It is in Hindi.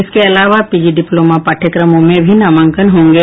इसके अलावा पीजी डिप्लोमा पाठ्यक्रमों में भी नामांकन होंगे